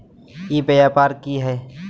ई व्यापार की हाय?